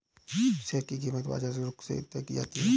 share की कीमत बाजार के रुख से तय की जाती है